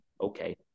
okay